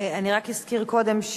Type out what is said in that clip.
אני רק אזכיר קודם,